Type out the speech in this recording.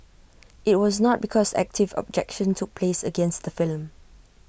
IT was not because active objection took place against the film